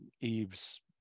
eve's